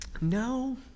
no